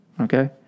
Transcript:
Okay